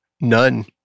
None